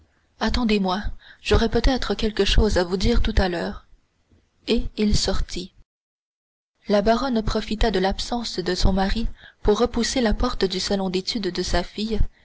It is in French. attendez-moi j'aurai peut-être quelque chose à vous dire tout à l'heure et il sortit la baronne profita de l'absence de son mari pour repousser la porte du salon d'études de sa fille